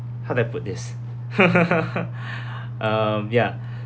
how do I put this um ya